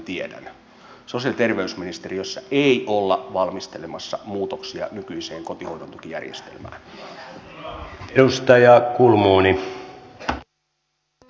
sosiaali ja terveysministeriössä ei olla valmistelemassa muutoksia nykyiseen kotihoidon tukijärjestelmään